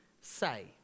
say